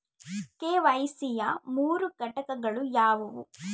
KYC ಯ ಮೂರು ಘಟಕಗಳು ಯಾವುವು?